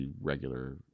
regular